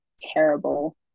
terrible